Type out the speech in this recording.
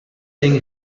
thing